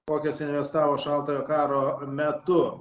kokias investavo šaltojo karo metu